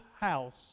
house